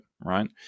right